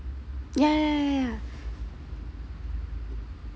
ya ya ya